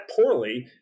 poorly